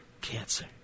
cancer